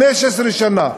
15 שנה.